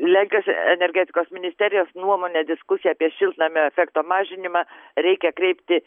lenkijos energetikos ministerijos nuomone diskusiją apie šiltnamio efekto mažinimą reikia kreipti